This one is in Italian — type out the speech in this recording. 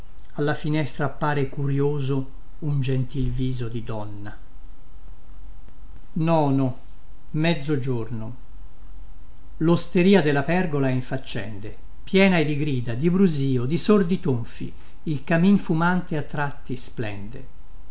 alla finestra appare curïoso un gentil viso di donna losteria della pergola è in faccende piena è di grida di brusio di sordi tonfi il camin fumante a tratti splende